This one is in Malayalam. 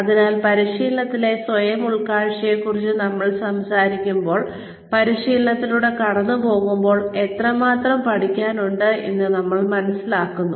അതിനാൽ പരിശീലനത്തിലെ സ്വയം ഉൾക്കാഴ്ചയെക്കുറിച്ച് നമ്മൾ സംസാരിക്കുമ്പോൾ പരിശീലനത്തിലൂടെ കടന്നുപോകുമ്പോൾ എത്രമാത്രം പഠിക്കാനുണ്ടെന്ന് ഞങ്ങൾ മനസ്സിലാക്കുന്നു